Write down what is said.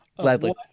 gladly